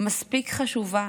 מספיק חשובה